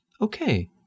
okay